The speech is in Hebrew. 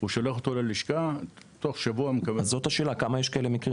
הוא שולח אותו ללשכה ותוך שבוע הוא מקבל --- כמה מקרים כאלה יש?